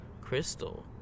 crystal